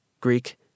Greek